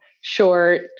short